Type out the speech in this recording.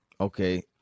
Okay